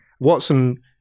Watson